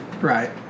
Right